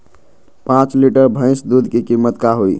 पाँच लीटर भेस दूध के कीमत का होई?